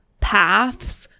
paths